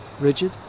rigid